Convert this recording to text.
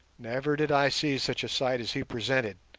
never did i see such a sight as he presented,